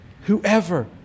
whoever